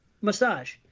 massage